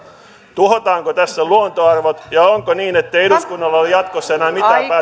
tuhotaanko tässä luontoarvot ja onko niin ettei eduskunnalla ole jatkossa enää